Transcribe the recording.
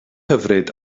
hyfryd